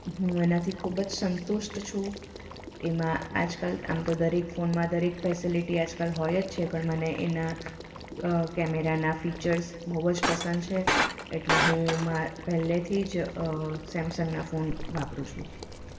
હું એનાથી ખૂબ જ સંતુષ્ટ છું એમાં આજકાલ આમ તો દરેક ફોનમાં દરેક ફેસલિટી આજકાલ હોય જ છે પણ મને એના કેમેરાના ફીચર્સ બહુ જ પસંદ છે એટલે હું પહેલેથી જ સેમસંગનાં ફોન વાપરું છું